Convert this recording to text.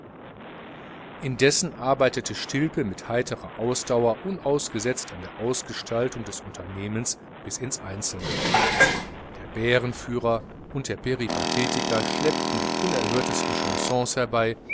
indessen arbeitete stilpe mit heiterer ausdauer unausgesetzt an der ausgestaltung des unternehmens bis ins einzelne der bärenführer und der peripathetiker schleppten täglich die unerhörtesten chansons herbei